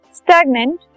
stagnant